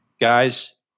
Guys